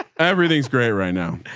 everything's great right now.